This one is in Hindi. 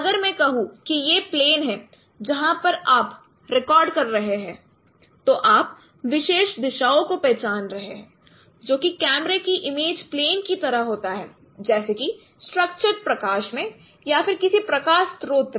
अगर मैं कहूं कि यह प्लेन है जहां पर आप रिकॉर्ड कर रहे हो तो आप विशेष दिशाओं को पहचान रहे है जो कि कैमरे की इमेज प्लेन की तरह होता है जैसे कि स्ट्रक्चर्ड प्रकाश में या फिर किसी प्रकाश स्त्रोत्र में